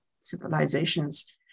civilizations